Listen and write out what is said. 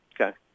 okay